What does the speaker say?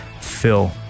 Phil